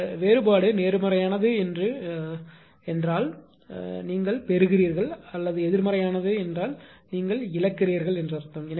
இந்த வேறுபாடு நேர்மறையானது என்று நீங்கள் பார்த்தால் அதாவது நீங்கள் பெறுகிறீர்கள் அது எதிர்மறையானது என்று சொன்னால் இழப்பவர் என்று அர்த்தம்